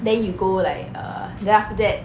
then you go like err then after that